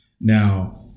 Now